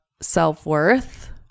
self-worth